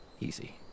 easy